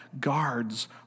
guards